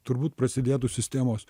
turbūt prasidėtų sistemos